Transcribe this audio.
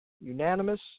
unanimous